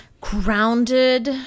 grounded